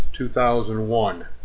2001